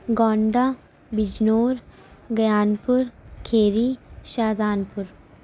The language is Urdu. گونڈہ بجنور گیان پور کھیری شاہجہان پور